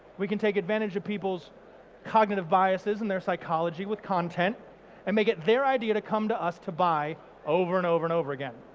we can take advantage of people's cognitive biases and their psychology with content and make it their idea to come to us to buy over and over and over again.